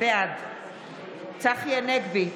בעד צחי הנגבי,